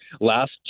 last